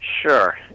Sure